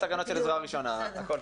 הישיבה נעולה.